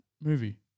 movie